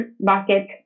market